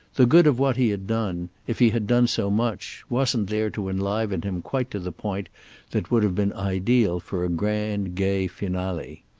the good of what he had done, if he had done so much, wasn't there to enliven him quite to the point that would have been ideal for a grand gay finale.